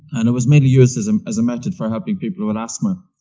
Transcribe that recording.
and i was mainly used as um as a method for helping people with asthma.